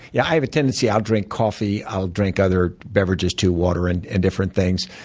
yeah i have a tendency i'll drink coffee, i'll drink other beverages, too. water and and different things.